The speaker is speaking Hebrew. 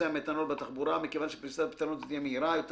המתנול בתחבורה מכיוון שפריסת פתרון זה תהיה מהירה יותר